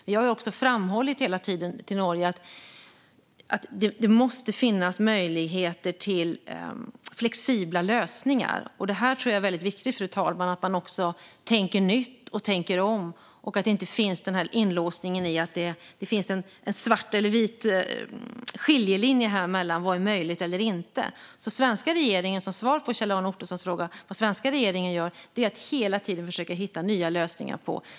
Vi har hela tiden framhållit till Norge att det måste finnas möjlighet till flexibla lösningar. Det är viktigt att man tänker om och nytt och att det inte finns en låsning i svart eller vitt när det gäller vad som är möjligt eller inte. Svaret på Kjell-Arne Ottossons fråga om vad den svenska regeringen gör är att vi hela tiden försöker hitta nya lösningar.